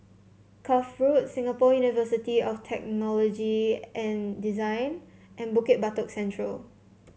Cuff Road Singapore University of Technology and Design and Bukit Batok Central